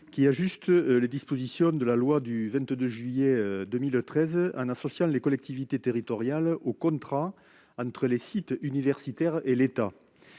qui ajuste les dispositions de la loi du 22 juillet 2013 en associant les collectivités territoriales aux contrats conclus entre les sites universitaires et l'État.